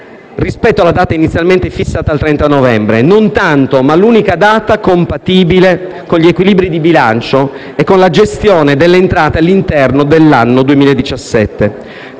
(rispetto alla data inizialmente fissata al 30 novembre), che è l'unica data compatibile con gli equilibri di bilancio e la gestione delle entrate all'interno dell'anno 2017.